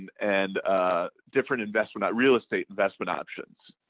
and different investment, real estate investment options.